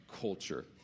Culture